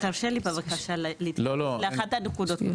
תרשה לי להתייחס בבקשה לאחת הנקודות.